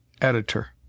Editor